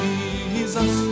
Jesus